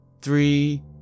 three